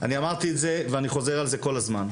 אני אמרתי את זה ואני חוזר על זה כל הזמן,